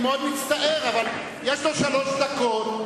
אני מאוד מצטער, אבל יש לו שלוש דקות.